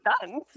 done